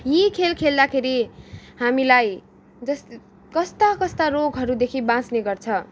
यी खेल खेल्दाखेरि हामीलाई जस्त कस्ता कस्ता रोगहरूदेखि बाच्ने गर्छ